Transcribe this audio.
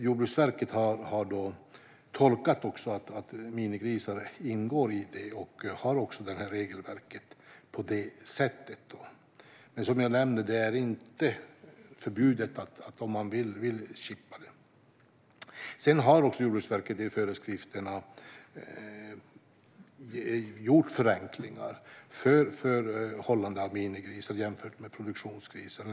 Jordbruksverket har tolkat det som att minigrisar ingår i detta och har det här regelverket på det sättet. Men som jag nämnde är det inte förbjudet att chippa dem om man vill. Sedan har Jordbruksverket i föreskrifterna gjort förenklingar för hållande av minigrisar jämfört med produktionsgrisar.